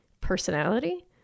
personality